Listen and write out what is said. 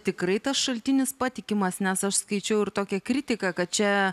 tikrai tas šaltinis patikimas nes aš skaičiau ir tokią kritiką kad čia